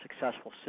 successful